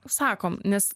sakom nes